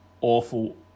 awful